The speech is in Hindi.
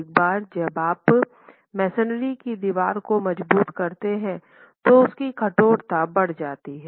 एक बार जब आप मेसनरी की दीवार को मजबूत करते हैं तो उसकी कठोरता बढ़ जाती है